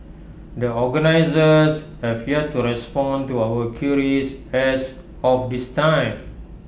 the organisers have yet to respond to our queries as of this time